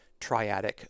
triadic